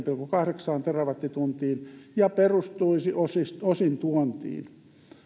pilkku kahdeksan terawattituntia ja perustuisi osin osin tuontiin